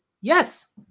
yes